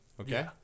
okay